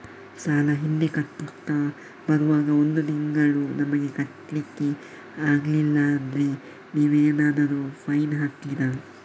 ಸಾಲ ಹಿಂದೆ ಕಟ್ಟುತ್ತಾ ಬರುವಾಗ ಒಂದು ತಿಂಗಳು ನಮಗೆ ಕಟ್ಲಿಕ್ಕೆ ಅಗ್ಲಿಲ್ಲಾದ್ರೆ ನೀವೇನಾದರೂ ಫೈನ್ ಹಾಕ್ತೀರಾ?